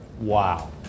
Wow